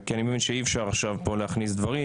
כי אני מבין שאי-אפשר עכשיו פה להכניס דברים,